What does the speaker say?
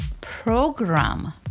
program